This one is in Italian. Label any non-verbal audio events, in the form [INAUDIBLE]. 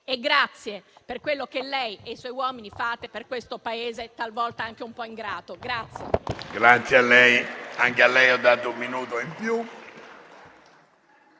Grazie per quello che lei e i suoi uomini fate per questo Paese talvolta anche un po' ingrato. [APPLAUSE] PRESIDENTE. Anchea lei ho dato un minuto in più.